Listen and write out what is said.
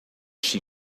she